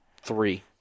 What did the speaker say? three